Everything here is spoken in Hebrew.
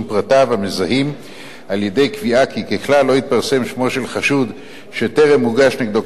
פרטיו המזהים על-ידי קביעה כי ככלל לא יתפרסם שמו של חשוד שטרם הוגש נגדו